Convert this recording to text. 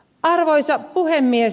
arvoisa puhemies